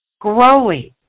Growing